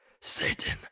Satan